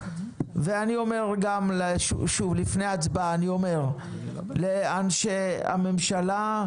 ולפני ההצבעה אני אומר לאנשי הממשלה,